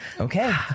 Okay